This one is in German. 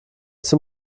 zum